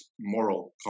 moral